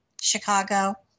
Chicago